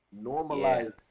Normalize